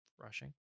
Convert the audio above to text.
rushing